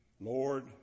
Lord